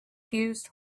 fused